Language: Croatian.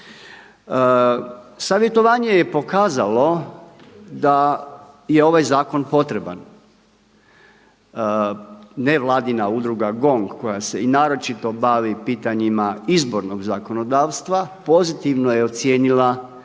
Savjetovanje je pokazalo da je ovaj zakon potreban. Nevladina udruga GONG koja se i naročito bavi pitanjima izbornog zakonodavstva, pozitivno je ocijenila i svrhu